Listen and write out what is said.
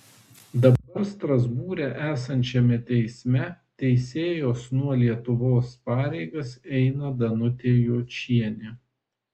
dabar strasbūre esančiame teisme teisėjos nuo lietuvos pareigas eina danutė jočienė